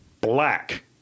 black